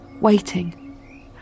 waiting